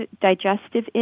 digestive